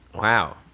Wow